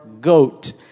Goat